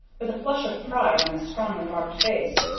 with a flush of pride on his strongly marked face,